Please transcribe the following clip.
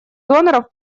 доноров